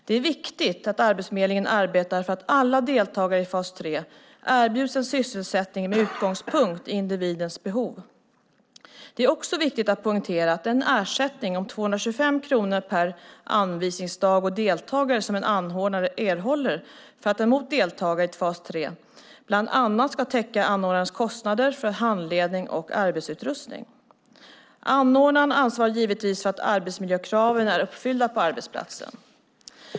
Det är viktigt att Arbetsförmedlingen arbetar för att alla deltagare i fas 3 erbjuds en sysselsättning med utgångspunkt i individens behov. Det är också viktigt att poängtera att den ersättning om 225 kronor per anvisningsdag och deltagare som en anordnare erhåller för att ta emot deltagare i fas 3 bland annat ska täcka anordnarens kostnader för handledning och arbetsutrustning. Anordnaren ansvarar givetvis för att arbetsmiljökraven är uppfyllda på arbetsplatsen.